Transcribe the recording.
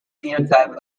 phenotype